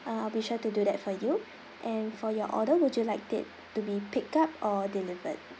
uh I'll be sure to do that for you and for your order would you liked it to be picked up or delivered